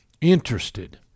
interested